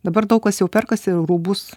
dabar daug kas jau perkasi rūbus